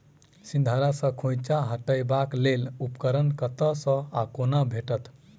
सिंघाड़ा सऽ खोइंचा हटेबाक लेल उपकरण कतह सऽ आ कोना भेटत?